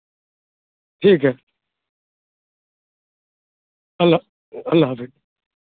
ٹھیک ہے اللہ اللہ حافظ